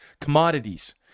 commodities